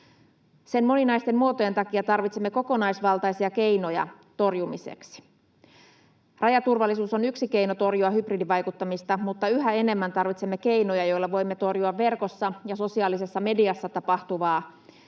Sen moninaisten muotojen takia tarvitsemme kokonaisvaltaisia keinoja sen torjumiseksi. Rajaturvallisuus on yksi keino torjua hybridivaikuttamista, mutta yhä enemmän tarvitsemme keinoja, joilla voimme torjua verkossa ja sosiaalisessa mediassa tapahtuvaa